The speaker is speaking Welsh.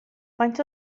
faint